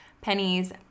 pennies